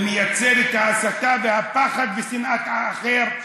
ומייצג את ההסתה והפחד ושנאת האחר.